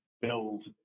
build